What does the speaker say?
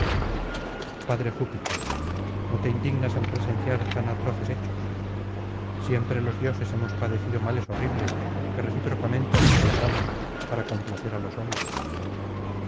padre júpiter no te indignas al presenciar tan atroces hechos siempre los dioses hemos padecido males horribles que recíprocamente nos causamos para complacer á los hombres